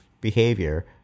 behavior